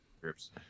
groups